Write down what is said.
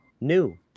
new